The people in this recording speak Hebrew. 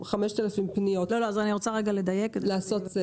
אתם פגעתם,